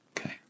Okay